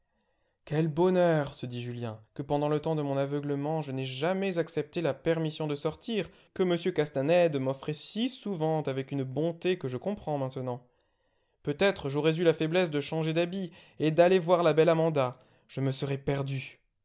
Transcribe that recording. quel bonheur se dit julien que pendant le temps de mon aveuglement je n'aie jamais accepté la permission de sortir que m castanède m'offrait si souvent avec une bonté que je comprends maintenant peut-être j'aurais eu la faiblesse de changer d'habits et d'aller voir la belle amanda je me serais perdu